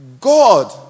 God